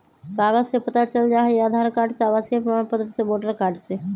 कागज से पता चल जाहई, आधार कार्ड से, आवासीय प्रमाण पत्र से, वोटर कार्ड से?